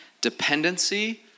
dependency